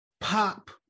pop